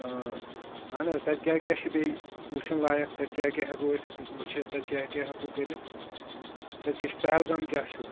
اہن حظ تتہِ کیاہ کیاہ چھُ بییٚہ وٕچھُن لایق تتہِ کیاہ کیاہ ہیٚکو أسۍ وٕچھِتھ تتہِ کیاہ کیاہ ہیٚکو کٔرِتھ تتہِ کیاہ چھُ پہلگام کیاہ چھُ